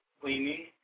Cleaning